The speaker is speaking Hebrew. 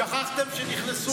שכחתם שנכנסו למיגוניות?